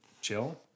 chill